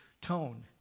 tone